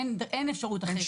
אין אפשרות אחרת.